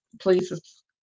Please